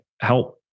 help